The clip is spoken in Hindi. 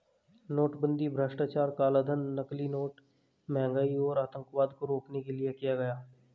नोटबंदी भ्रष्टाचार, कालाधन, नकली नोट, महंगाई और आतंकवाद को रोकने के लिए किया गया